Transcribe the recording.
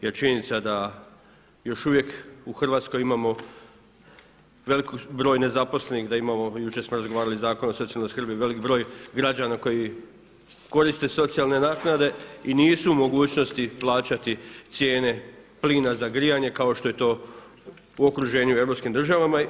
Jer činjenica je da još uvijek u Hrvatskoj imamo veliki broj nezaposlenih, jučer smo razgovarali o Zakonu o socijalnoj skrbi, velik broj građana koji koriste socijalne naknade i nisu u mogućnosti plaćati cijene plina za grijanje kao što je to u okruženju u europskim državama.